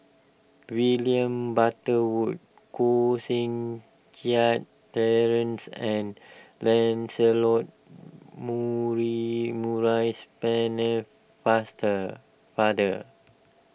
William Butterworth Koh Seng Kiat Terence and Lancelot muri Maurice Penne Faster Father